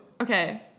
okay